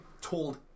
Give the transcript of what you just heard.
told